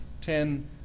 ten